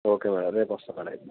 okay madam రేపు వస్తాను madam అయితే